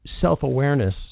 Self-awareness